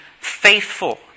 faithful